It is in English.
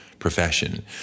Profession